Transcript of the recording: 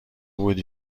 بودی